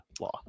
law